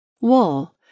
Wool